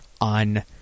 on